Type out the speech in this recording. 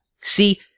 See